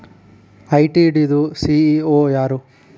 ITD ದು CEO ಯಾರು?